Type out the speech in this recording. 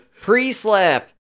Pre-slap